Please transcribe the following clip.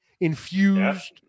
infused